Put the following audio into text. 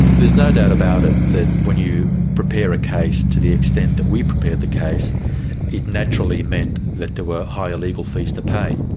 there's no doubt about it that when you prepare a case to the extent that we prepared the case it naturally meant that there were higher legal fees to pay.